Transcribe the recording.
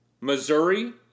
Missouri